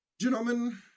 Gentlemen